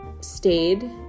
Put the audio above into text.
stayed